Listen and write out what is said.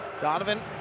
Donovan